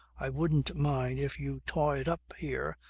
i wouldn't mind if you tore it up here,